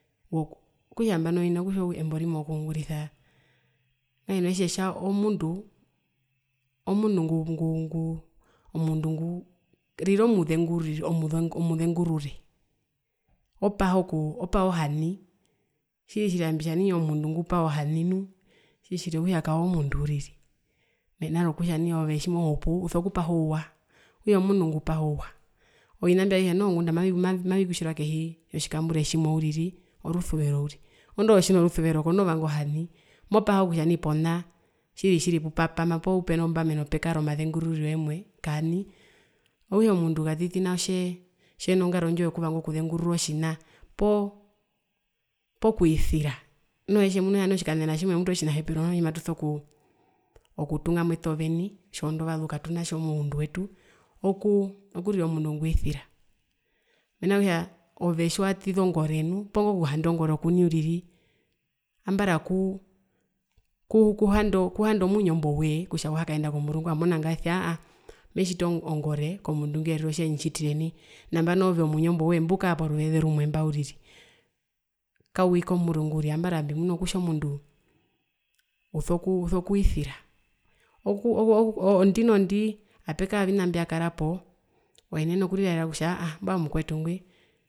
Okutja nambano hina kutjiwa embo rimwe okungurisa etjetja etjetja omundu nguu nguu rira omundu ngwaa ngwaa rira omuzengurire omuze omuzengurure opha okuu opaha ohani tjiri tjiri ami mbitjanii omundu ngupaha ohani nu okutja kaove omundu uriri mena rokutja ove tjimohupu uso kupaha ouwa okutja omundu ngupaha ouwa ovina mbyo avihe ngunda mavikutjirwa kehi yotjikammbure tjimwe uriri orusuvero uriri oondu ove tjiuno rusuvero ove komoo vanga ohani mopaha kutja nai pona tjiri tjiri pupama poo pupeno mbameno pekare mazengururiro yemwe kaani okutja mundu katiti nao tjee tjenongaro ndjo yokuvanga okuzengurura otjina poo poo kwisira noho etjemuna kutja otjikanena tjimwe otjinahepero noho tjimatuso kuu okutunga mwete oveni tjoondovazu katunatjo moundu wetu okuu okurira omundu ngwisira mena rokutja ove tjiwatiza ongore nuu poo ingo kuhanda ongore okuni uriri ambara kuu handa kuhanda omwinyo imbowee kutja auhakaenda komurungu amonangarasi aahaaa metjiti ongoo ongore komundu ngwi erero tjendjitjitire nai nambano ove omwinyo imbwi owoye ombukara poruveze rumwe imba uriri kawii komurungu ambara mbimuna kutja omundu uso kuu okuu okwisira okuu kuu oo oo ondinondi apekara ovina mbyakarapo otja aahaa mbwae omukwetu ngwi.